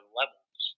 levels